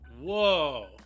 Whoa